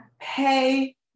pay